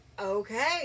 okay